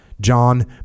John